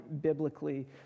biblically